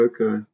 Okay